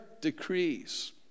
decrees